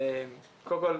קודם כל,